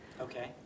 Okay